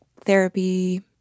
therapy